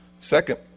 second